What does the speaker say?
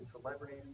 celebrities